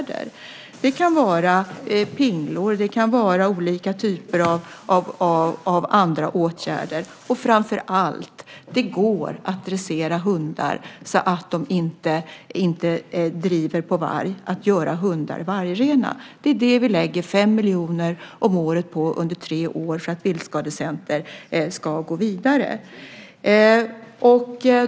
Det kan vara pinglor eller olika typer av andra åtgärder. Framför allt går det att dressera hundar så att de inte driver på varg, det vill säga göra hundar vargrena. Vi satsar 5 miljoner om året under tre år för att Viltskadecenter ska gå vidare med detta.